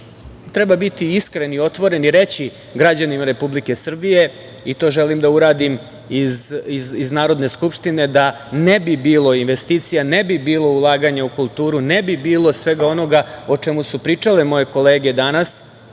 treba biti iskren i otvoren i reći građanima Republike Srbije, i to želim da uradim iz Narodne skupštine, da ne bi bilo investicija, da ne bi bilo ulaganja u kulturu, ne bi bilo svega onoga o čemu su pričale moje kolege danas,